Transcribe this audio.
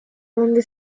donde